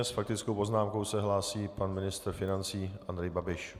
S faktickou poznámkou se hlásí pan ministr financí Andrej Babiš.